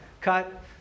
cut